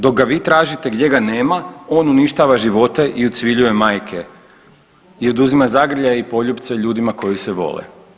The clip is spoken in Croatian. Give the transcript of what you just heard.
Dok ga vi tražite gdje ga nema on uništava živote i ucviljuje majke i oduzima zagrljaj i poljupce ljudima koji se vole.